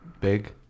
big